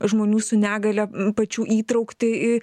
žmonių su negalia pačių įtrauktį į